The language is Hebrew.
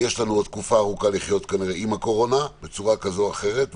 יש לנו עוד תקופה ארוכה לחיות כאן עם הקורונה בצורה ארוכה כזו או אחרת,